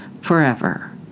forever